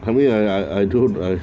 I mean I I I don't look like